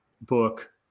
book